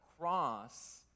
cross